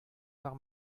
war